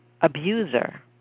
abuser